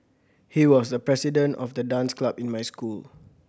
he was the president of the dance club in my school